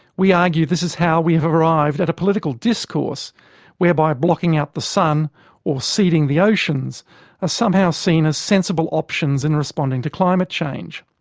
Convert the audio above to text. we argue this is how we have arrived at a political discourse whereby blocking out the sun or seeding the oceans are ah somehow seen as sensible options in responding to climate change.